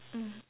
mm